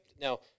now